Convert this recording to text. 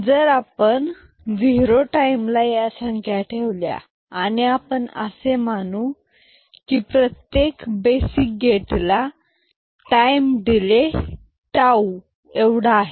जर आपण झिरो टाईमला या संख्या ठेवल्या आणि आपण आपण असे मानू की प्रत्येक बेसिक गेटला टाईम डिले टाऊ आहे